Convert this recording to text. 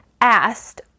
asked